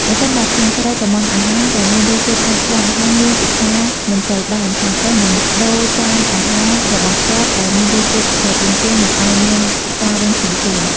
ប្រសិនបើខាងស្រីកុម្ម៉ង់អាហារដែលមានរសជាតិហឹរខ្លាំង ហើយនាងពិសារមិនសូវបាន ខាងប្រុសនឹងដូរចានអាហាររបស់គាត់ដែលមានរសជាតិស្រទន់ជាង មកឱ្យនាងពិសារវិញភ្លាមៗ។